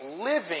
living